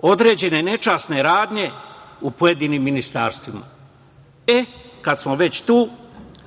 određene nečasne radnje u pojedinim ministarstvima. Kad smo već tu,